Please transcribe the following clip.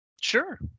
sure